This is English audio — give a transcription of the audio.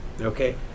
Okay